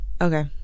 Okay